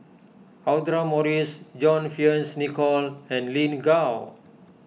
Audra Morrice John Fearns Nicoll and Lin Gao